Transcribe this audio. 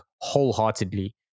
wholeheartedly